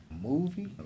Movie